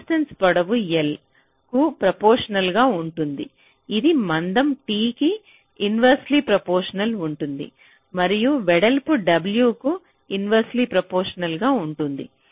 resistance పొడవు L కు proportional ఉంటుంది ఇది మందం t కి ఇన్వెర్స్లిప్రపొషనల్ ఉంటుంది మరియు వెడల్పు w కు ఇన్వెర్స్లిప్రపొషనల్ ఉంటుంది